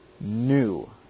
new